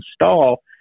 install